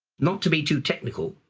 not to be too technical,